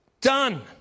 Done